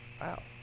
Wow